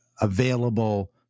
available